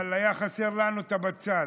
אבל היה חסר לנו הבצל.